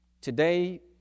Today